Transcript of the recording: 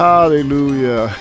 Hallelujah